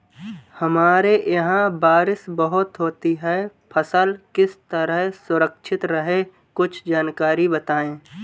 हमारे यहाँ बारिश बहुत होती है फसल किस तरह सुरक्षित रहे कुछ जानकारी बताएं?